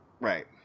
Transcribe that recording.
Right